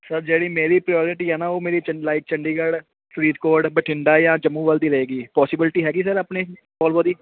sir ਜਿਹੜੀ ਮੇਰੀ purity ਆ ਨਾ ਉਹ ਮੇਰੀ ਲਾਈਕ ਚੰਡੀਗੜ੍ਹ ਫਰੀਦਕੋਟ ਬਠਿੰਡਾ ਜਾਂ ਜੰਮੂ ਵੱਲ ਦੀ ਰਹੇਗੀ ਪੋਸੀਬਿਲਿਟੀ ਹੈਗੀ ਸਰ ਆਪਣੇ ਵੋਲਵੋ ਦੀ